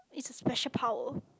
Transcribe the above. it's a special power